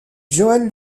joel